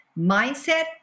Mindset